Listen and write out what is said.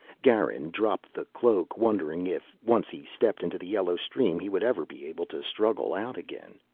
garin dropped the cloak, wondering if, once he stepped into the yellow stream, he would ever be able to struggle out again.